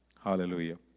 Hallelujah